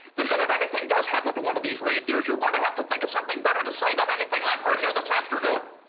the minute anything does happen to one of these reindeers, you're going to have to think of something better to say. than anything i've heard here this afternoon.